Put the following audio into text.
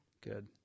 Good